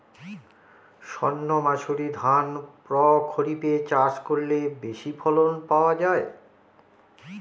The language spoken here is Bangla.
সর্ণমাসুরি ধান প্রক্ষরিপে চাষ করলে বেশি ফলন পাওয়া যায়?